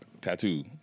Tattoo